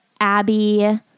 Abby